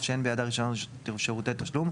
אף שאין בידה רישיון שירותי תשלום,